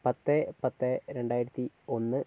പത്ത് പത്ത് രണ്ടായിരത്തി ഒന്ന്